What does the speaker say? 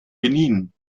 benin